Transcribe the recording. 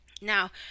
Now